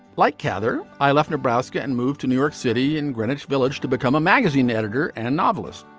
like cather. i left nebraska and moved to new york city in greenwich village to become a magazine editor and novelist,